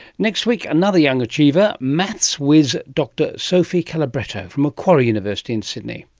next week, another young achiever, maths whiz dr sophie calabretto from macquarie university in sydney.